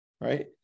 right